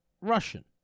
Russian